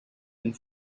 and